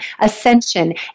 Ascension